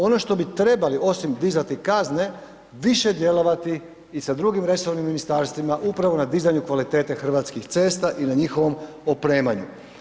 Ono što bi trebali osim dizati kazne, više djelovati i sa drugim resornim ministarstvima upravo na dizanju kvalitete hrvatskih cesta i na njihovom opremanju.